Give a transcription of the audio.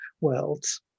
worlds